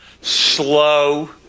slow